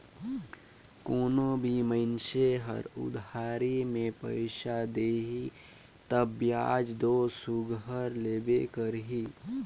कोनो भी मइनसे हर उधारी में पइसा देही तब बियाज दो सुग्घर लेबे करही